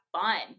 fun